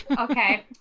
Okay